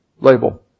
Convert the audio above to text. label